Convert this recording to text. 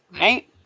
right